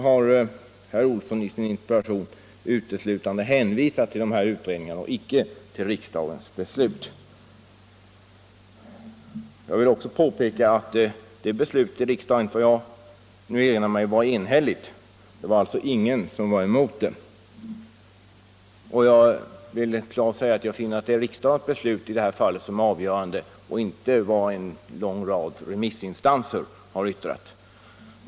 Herr Olsson har i sin interpellation uteslutande hänvisat till dessa utredningar och icke till riksdagens beslut. Jag vill också påpeka att beslutet i riksdagen, som jag nu erinrar mig, var enhälligt. Ingen var alltså emot detta. Jag vill klart uttala att det är riksdagens beslut som är avgörande och inte vad en lång rad remissinstanser har yttrat.